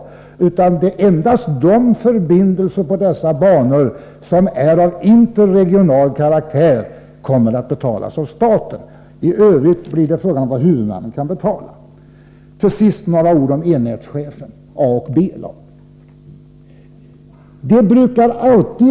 Det är endast de förbindelser som är av interregional karaktär som kommer att betalas av staten. I övrigt blir det en fråga om vad huvudmannen kan betala. Till sist några ord om enhetschefen och diskussionen om A och B-lag.